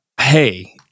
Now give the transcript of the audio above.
hey